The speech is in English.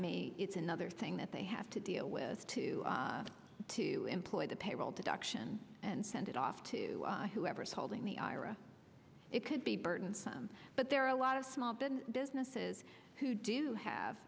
hand it's another thing that they have to deal with too to employ the payroll deduction and send it off to whoever's holding the ira it could be burdensome but there are a lot of small been businesses who do have